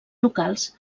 locals